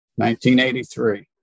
1983